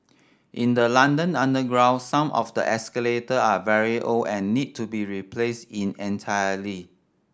in the London underground some of the escalator are very old and need to be replaced in entirety